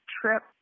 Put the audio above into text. trip